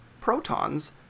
protons